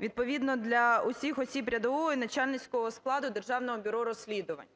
відповідно для всіх осіб рядового і начальницького складу Державного бюро розслідувань.